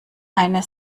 eine